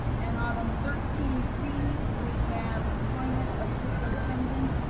and item thirteen c, we have employment of superintendent,